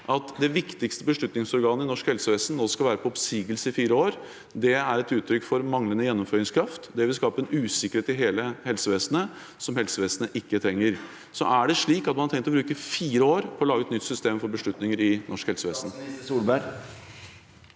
det viktigste beslutningsorganet i norsk helsevesen nå skal være på oppsigelse i fire år. Det er et uttrykk for manglende gjennomføringskraft. Det vil skape en usikkerhet i hele helsevesenet som helsevesenet ikke trenger. Er det slik at man har tenkt å bruke fire år på å lage et nytt system for beslutninger i norsk helsevesen?